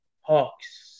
Hawks